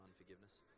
unforgiveness